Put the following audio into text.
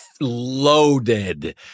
loaded